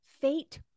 fate